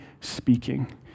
speaking